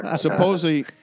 supposedly